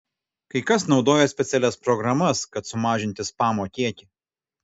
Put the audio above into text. kai kas naudoja specialias programas kad sumažinti spamo kiekį